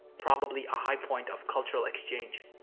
probably a highpoint of cultural exchange.